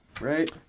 right